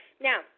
Now